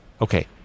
Okay